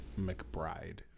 McBride